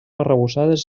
arrebossades